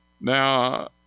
Now